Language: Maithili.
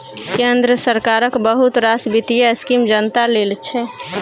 केंद्र सरकारक बहुत रास बित्तीय स्कीम जनता लेल छै